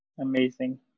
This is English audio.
amazing